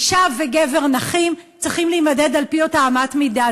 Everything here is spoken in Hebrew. אישה וגבר נכים צריכים להימדד על-פי אותה אמת מידה.